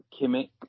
Kimmich